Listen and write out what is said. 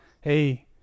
hey